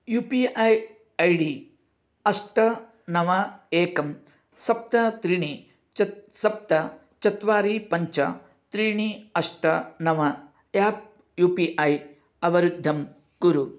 you P I I D अष्ट नव एकं सप्त त्रीणि सप्त चत्वारि पञ्च त्रीणि अष्ट नव आप् यु पि ऐ अवरुद्धं कुरु